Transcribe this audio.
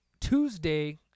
Tuesday